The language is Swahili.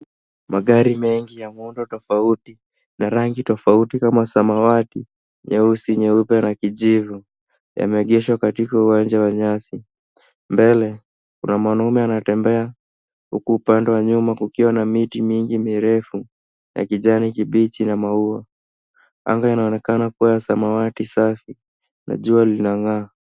Magari mengi ya muundo tofauti na rangi tofauti kama samawati, nyeusi, nyeupe na kijivu yamegeshwa katika uwanja wa nyasi. Mbele kuna mwanaume anatembea huku upande wa nyuma kukiwa na miti mingi mirefu ya kijani kibichi na maua. Anga inaonekana kuwa ya samawati safi na jua linang'aa.